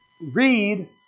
read